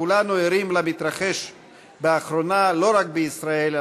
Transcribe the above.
כולנו ערים למתרחש באחרונה לא רק בישראל,